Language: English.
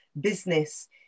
business